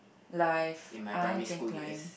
life I can climb